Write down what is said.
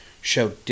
show